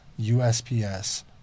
USPS